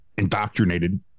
indoctrinated